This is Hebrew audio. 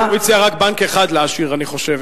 הוא הציע רק בנק אחד להשאיר, אני חושב.